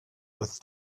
with